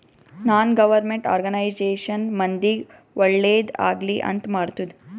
ನಾನ್ government organisation ಮಂದಿಗ್ ಒಳ್ಳೇದ್ ಆಗ್ಲಿ ಅಂತ್ ಮಾಡ್ತುದ್